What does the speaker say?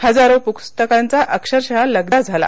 हजारो पुस्तकांचा अक्षरशः लगदा झाला